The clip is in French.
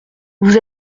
vous